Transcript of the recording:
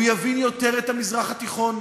הוא יבין יותר את המזרח התיכון,